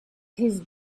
his